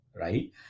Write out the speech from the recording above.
right